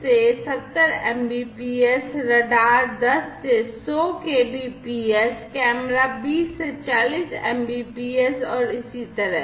LiDAR 10 से 70 mbps radar 10 से 100 kbps camera 20 से 40 mbps और इसी तरह